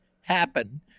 happen